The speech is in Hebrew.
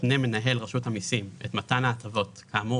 יתנה מנהל רשות המיסים את מתן ההטבות כאמור